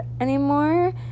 anymore